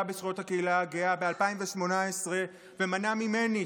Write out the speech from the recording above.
בזכויות הקהילה הגאה ב-2018 ומנע ממני,